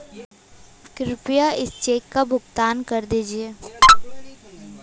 कृपया इस चेक का भुगतान कर दीजिए